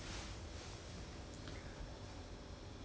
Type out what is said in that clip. orh okay leh then then ya that's quite okay